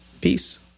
Peace